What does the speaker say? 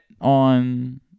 on